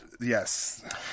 Yes